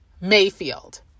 Mayfield